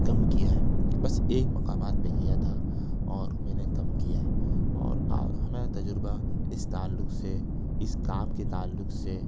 کم کیا ہے بس ایک مقامات پہ کیا تھا اور میں نے کم کیا ہے اور ہمیں تجربہ اس تعلق سے اس کام کے تعلق سے